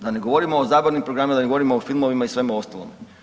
Da ne govorimo o zabavnim programima, da ne govorimo o filmovima i svemu ostalome.